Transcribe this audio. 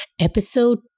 episode